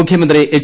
മുഖൃമന്ത്രി എച്ച്